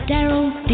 Daryl